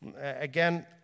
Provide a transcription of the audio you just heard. Again